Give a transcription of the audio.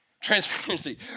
Transparency